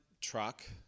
truck